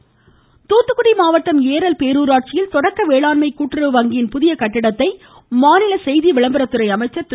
கடம்புர்டராஜு தூத்துக்குடி மாவட்டம் ஏரல் பேரூராட்சியில் தொடக்க வேளாண்மை கூட்டுறவு வங்கியின் புதிய கட்டிடத்தை மாநில செய்தி விளம்பரத்துறை அமைச்சர் திரு